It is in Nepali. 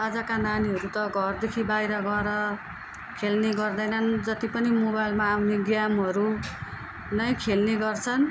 आजका नानीहरू त घरदेखि बाहिर गएर खेल्ने गर्दैनन् जति पनि मोबाइलमा आउने गेमहरू नै खेल्ने गर्छन्